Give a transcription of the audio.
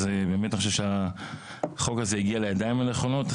אז באמת אני חושב שהחוק הזה הגיע לידיים הנכונות.